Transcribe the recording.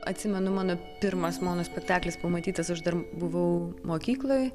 atsimenu mano pirmas mono spektaklis pamatytas aš dar buvau mokykloj